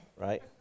right